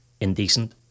indecent